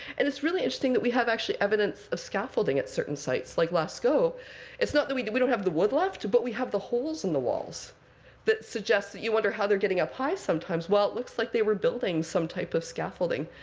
and it's really interesting that we have, actually, evidence of scaffolding at certain sites. like lascaux it's not that we don't have the wood left. but we have the holes in the walls that suggests that you wonder how they're getting up high sometimes. well, it looks like they were building some type of scaffolding,